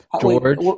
George